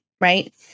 right